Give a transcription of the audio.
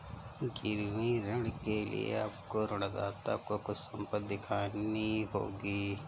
गिरवी ऋण के लिए आपको ऋणदाता को कुछ संपत्ति दिखानी होगी